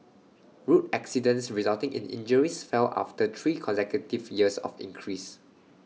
road accidents resulting in injuries fell after three consecutive years of increase